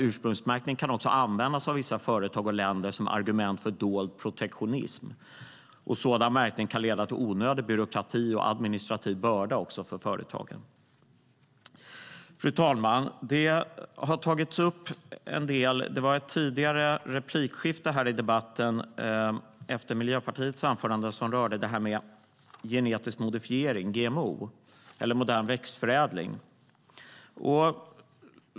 Ursprungsmärkning kan också användas av vissa företag och länder som argument för dold protektionism. Sådan märkning kan leda till onödig byråkrati och administrativ börda för företagen. Fru talman! Under ett replikskifte efter Miljöpartiets anförande berördes detta med genetisk modifiering, alltså GMO eller modern växtförädling.